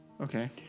Okay